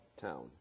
town